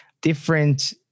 different